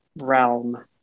realm